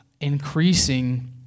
increasing